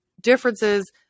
differences